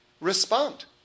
respond